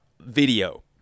video